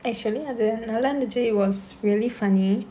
actually அது நல்லாருந்துச்சு:adhu nallaarundhuchu it was really funny